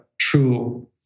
true